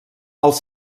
els